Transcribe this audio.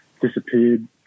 disappeared